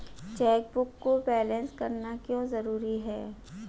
Chequebook को balance करना क्यों जरूरी है?